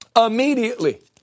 Immediately